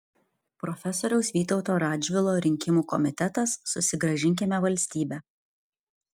profesoriaus vytauto radžvilo rinkimų komitetas susigrąžinkime valstybę